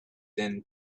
than